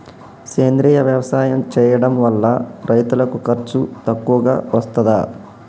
సేంద్రీయ వ్యవసాయం చేయడం వల్ల రైతులకు ఖర్చు తక్కువగా వస్తదా?